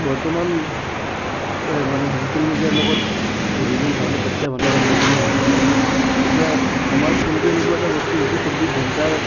বৰ্তমান মানে ডিজিটেল মিডিয়াৰ লগত প্ৰত্যাহ্বানৰ সন্মুখীন হৈছে কাৰণ আমাৰ ফোনটো এনেকুৱা এটা বস্তু যিটো চৌব্বিছ ঘণ্টাৰ